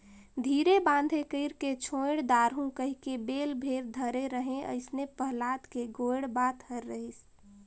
धीरे बांधे कइरके छोएड दारहूँ कहिके बेल भेर धरे रहें अइसने पहलाद के गोएड बात हर रहिस